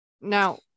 now